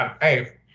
Hey